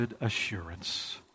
assurance